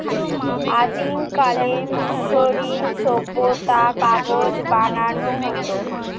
আদিমকালে মিশরীয় সভ্যতায় কাগজ বানানো হতো